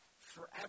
forever